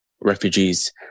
refugees